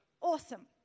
Awesome